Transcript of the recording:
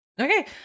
Okay